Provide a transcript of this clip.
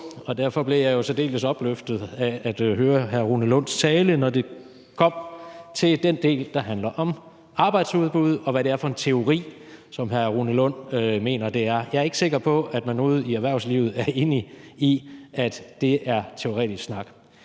Og derfor blev jeg jo særdeles opløftet af at høre hr. Rune Lunds tale, når det kom til den del, der handler om arbejdsudbud, og hvad det er for en teori, som hr. Rune Lund mener det er. Jeg er ikke sikker på, at man ude i erhvervslivet er enige i, at det er teoretisk snak.